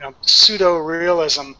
pseudo-realism